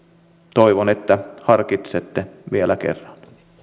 toivon että harkitsette vielä kerran